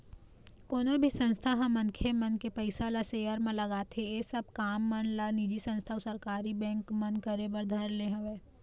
कोनो भी संस्था ह मनखे मन के पइसा ल सेयर म लगाथे ऐ सब काम मन ला निजी संस्था अऊ सरकारी बेंक मन करे बर धर ले हवय